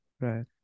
Right